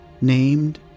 named